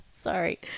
Sorry